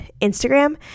Instagram